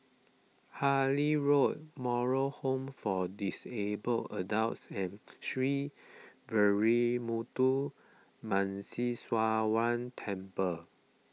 Harlyn Road Moral Home for Disabled Adults and Sree Veeramuthu Muneeswaran Temple